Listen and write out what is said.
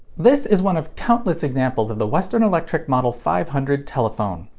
this is one of countless examples of the western electric model five hundred telephone.